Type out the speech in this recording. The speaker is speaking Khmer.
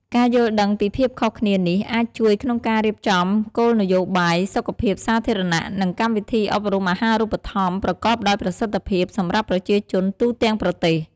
ការយល់ដឹងពីភាពខុសគ្នានេះ អាចជួយក្នុងការរៀបចំគោលនយោបាយសុខភាពសាធារណៈ និងកម្មវិធីអប់រំអាហារូបត្ថម្ភប្រកបដោយប្រសិទ្ធភាពសម្រាប់ប្រជាជនទូទាំងប្រទេស។